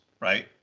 right